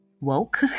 woke